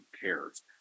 cares